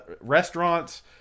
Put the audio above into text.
restaurants